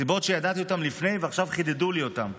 סיבות שידעתי אותן לפני ועכשיו חידדו לי אותן.